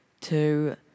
two